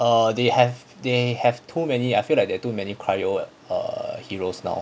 err they have they have too many I feel like there are too many cryo and uh heroes now